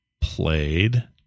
played